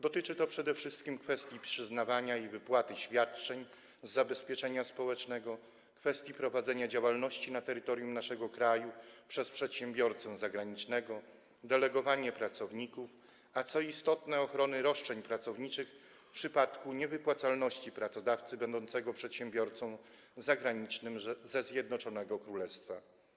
Dotyczy to przede wszystkim kwestii przyznawania i wypłaty świadczeń z zabezpieczenia społecznego, kwestii prowadzenia działalności na terytorium naszego kraju przez przedsiębiorcę zagranicznego, delegowania pracowników i ochrony, co istotne, roszczeń pracowniczych w przypadku niewypłacalności pracodawcy będącego przedsiębiorcą zagranicznym ze Zjednoczonego Królestwa.